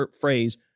phrase